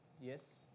Yes